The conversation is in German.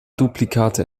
duplikate